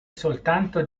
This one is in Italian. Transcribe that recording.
soltanto